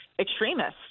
extremists